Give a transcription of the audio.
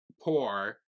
poor